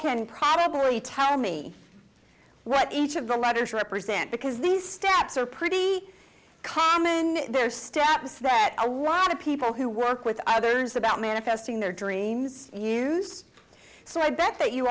can probably tell me what each of the letters represent because these steps are pretty common there are steps that a lot of people who work with others about manifesting their dreams so i bet that you